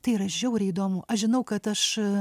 tai yra žiauriai įdomu aš žinau kad aš